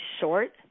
short